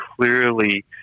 clearly